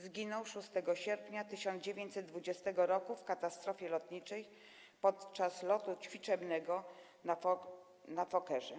Zginął 6 sierpnia 1920 r. w katastrofie lotniczej podczas lotu ćwiczebnego na fokkerze.